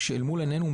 כשמול עינינו,